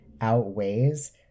outweighs